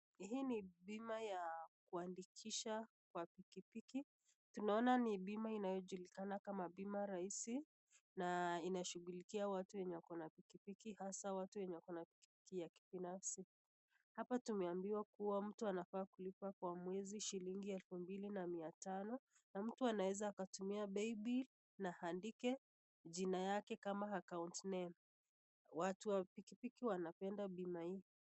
Hii ni bima ya kuandikisha kwa pikipiki, tunaona ni bima inayojulikana kama bima rahisi, na inashughulikia watu wenye wako na pikipiki, hasa wenye wako na pikipiki ya kibinafsi. Hapa tumeabiwa kwa mweizi mtu anaweza kulipa shilingi elfu mbili na mia tano, na mtu anaweza akatumia paybill na aandike jina yake kama account name , watu wa pikipiki wanapenda bima hii.